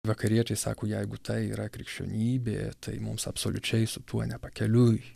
vakariečiai sako jeigu tai yra krikščionybė tai mums absoliučiai su tuo nepakeliui